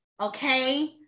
Okay